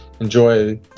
enjoy